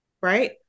Right